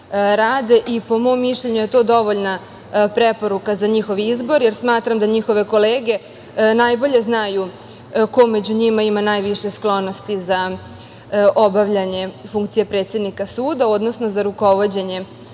i po mom mišljenju je to dovoljna preporuka za njihov izbor, jer smatram da njihove kolege najbolje znaju ko među njima ima najviše sklonosti za obavljanje funkcije predsednika suda, odnosno rukovođenje,